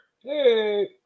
Hey